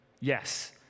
Yes